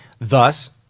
Thus